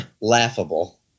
laughable